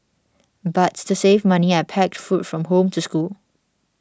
but to save money I packed food from home to school